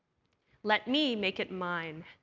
let me make it mine.